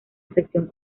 sección